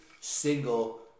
single